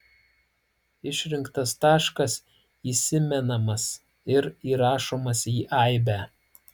išrinktas taškas įsimenamas ir įrašomas į aibę